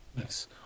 nice